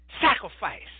Sacrifice